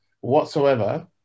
whatsoever